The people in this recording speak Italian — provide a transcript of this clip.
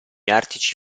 artici